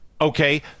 okay